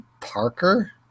Parker